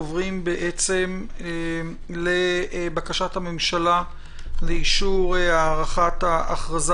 עוברים לבקשת הממשלה לאישור הארכת ההכרזה